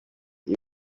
y’i